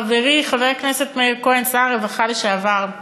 חברי חבר הכנסת מאיר כהן, שר הרווחה לשעבר,